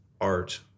art